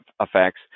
effects